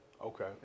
Okay